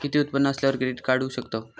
किती उत्पन्न असल्यावर क्रेडीट काढू शकतव?